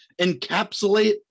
encapsulate